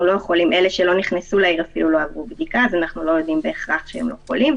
אלה שלא נכנסו לעיר ולא עברו בדיקה ואנחנו לא יודעים שהם לא חולים.